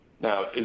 Now